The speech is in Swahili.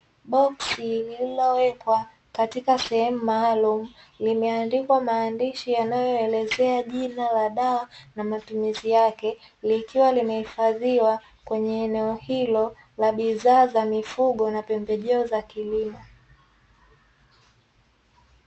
Boksi lililowekwa katika sehemu maalumu, limeandikwa maandishi yanayoelezea jina la dawa na matumizi yake, likiwa limehifadhiwa kwenye eneo hilo la bidhaa za mifugo na pembejeo za kilimo.